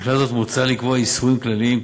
בכלל זה מוצע לקבוע איסורים כלליים,